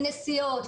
לנסיעות,